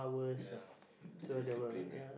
ya discipline ah